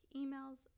emails